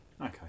Okay